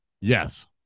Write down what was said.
Yes